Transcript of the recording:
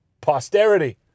posterity